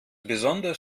besonders